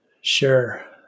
Sure